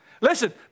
Listen